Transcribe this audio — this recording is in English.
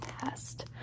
test